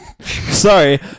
Sorry